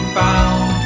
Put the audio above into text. found